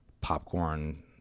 popcorn